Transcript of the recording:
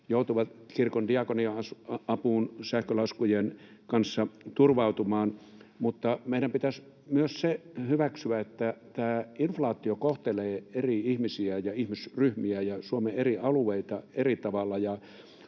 joutuvat kirkon diakonia-apuun sähkölaskujen kanssa turvautumaan. — Mutta meidän pitäisi myös se hyväksyä, että tämä inflaatio kohtelee eri ihmisiä ja ihmisryhmiä ja Suomen eri alueita eri tavalla.